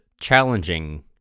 challenging